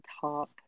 top